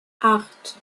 acht